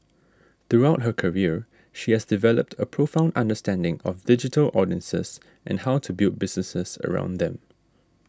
throughout her career she has developed a profound understanding of digital audiences and how to build businesses around them